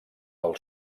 del